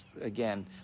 again